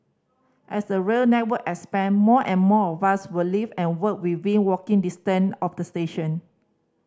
as the rail network expand more and more of us will live and work within walking distance of a station